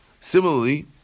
Similarly